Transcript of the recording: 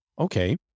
okay